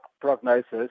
prognosis